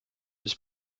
ist